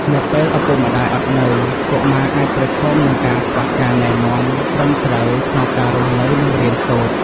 នៅពេលឪពុកម្ដាយអត់នៅ កុមារអាចប្រឈមនឹងការខ្វះការណែនាំត្រឹមត្រូវក្នុងការរស់នៅ និងរៀនសូត្រ។